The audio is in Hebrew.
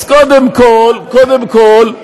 אז קודם כול, קודם כול,